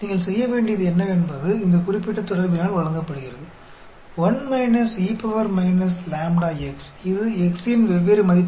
நீங்கள் செய்ய வேண்டியது என்னவென்பது இந்த குறிப்பிட்ட தொடர்பினால் வழங்கப்படுகிறது இது x இன் வெவ்வேறு மதிப்புகளுக்கு